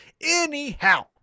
Anyhow